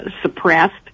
suppressed